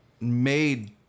made